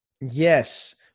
Yes